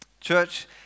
Church